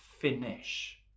finish